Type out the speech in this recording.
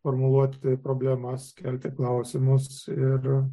formuluoti problemas kelti klausimus ir